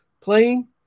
playing